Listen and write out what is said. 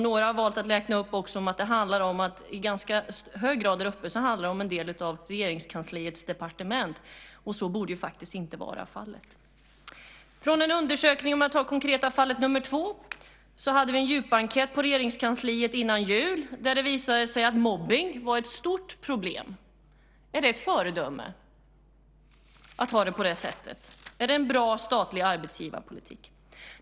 Några har valt att räkna upp att det handlar om att det i ganska hög grad handlar om en del av Regeringskansliets departement, och så borde inte vara fallet. Det andra konkreta fallet är att vi före jul gjorde en djupenkät på Regeringskansliet där det visade sig att mobbning är ett stort problem. Är det ett föredöme att ha det på det sättet? Är det en bra statlig arbetsgivarpolitik?